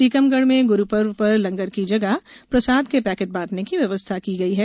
टीकमगढ़ में गुरू पर्व पर लंगर की जगह प्रसाद की पैकेट बांटने की व्यवस्था की गई है